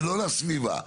ולא לסביבה.